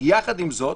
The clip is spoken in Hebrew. יחד עם זאת,